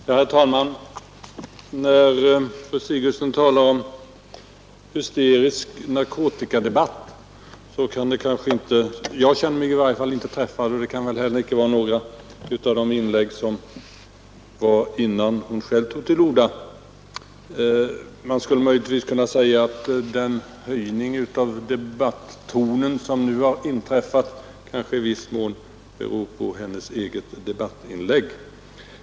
Herr talman! Om fru Sigurdsen talar om hysteri i narkotikadebatten känner i varje fall inte jag mig träffad, och det kan inte heller sägas om övriga inlägg, som gjordes innan hon själv tog till orda, att de var präglade av hysteri. Man skulle möjligtvis kunna säga att den höjning av debattonen som nu har inträffat i viss mån beror på hennes eget debattinlägg.